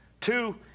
two